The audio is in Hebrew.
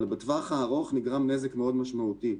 אבל בטווח הארוך נגרם נזק מאוד משמעותי.